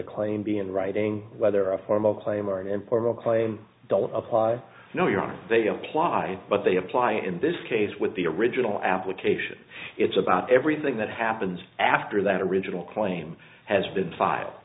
a claim be in writing whether a formal claim are an important claim doesn't apply no your honor they apply but they apply in this case with the original application it's about everything that happens after that original claim has been file